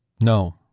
No